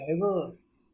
diverse